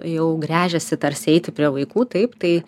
jau gręžiasi tarsi eiti prie vaikų taip tai